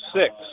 six